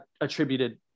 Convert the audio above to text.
attributed